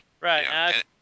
Right